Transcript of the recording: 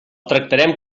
tractarem